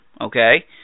okay